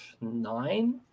nine